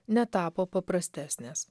netapo paprastesnės